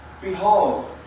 Behold